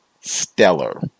stellar